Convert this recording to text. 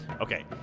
Okay